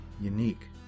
Unique